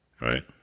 Right